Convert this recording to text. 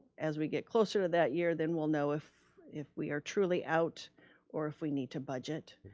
as we get closer to that year, then we'll know if if we are truly out or if we need to budget.